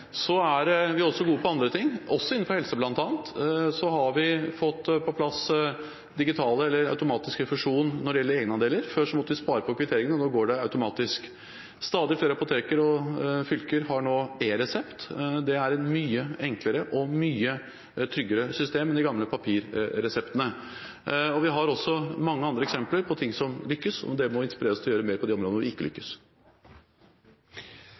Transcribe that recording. Så er vi også gode på andre ting. Innenfor bl.a. helse har vi fått på plass digital eller automatisk refusjon når det gjelder egenandeler. Før måtte vi spare på kvitteringene, men nå går det automatisk. Stadig flere apoteker i fylker har nå e-resept. Det er et mye enklere og mye tryggere system enn de gamle papirreseptene. Vi har også mange andre eksempler på ting som lykkes, og det må inspirere oss til å gjøre mer på de områdene hvor vi ikke lykkes.